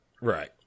Right